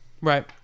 Right